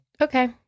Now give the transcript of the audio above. okay